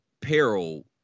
peril